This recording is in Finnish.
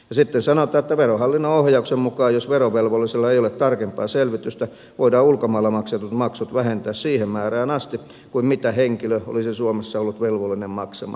sitten sanotaan että verohallinnon ohjauksen mukaan jos verovelvollisella ei ole tarkempaa selvitystä voidaan ulkomailla maksetut maksut vähentää siihen määrään asti kuin mitä henkilö olisi suomessa ollut velvollinen maksamaan